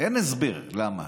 אין הסבר הגיוני למה.